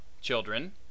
children